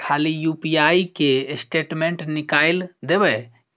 खाली यु.पी.आई के स्टेटमेंट निकाइल देबे